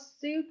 super